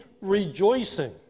rejoicing